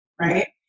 Right